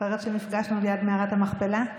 זוכרת שנפגשנו ליד מערת המכפלה?